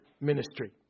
ministry